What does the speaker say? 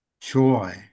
joy